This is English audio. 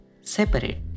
separate